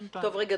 תודה.